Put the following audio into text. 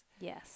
yes